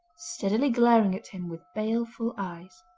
steadily glaring at him with baleful eyes.